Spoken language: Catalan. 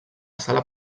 sala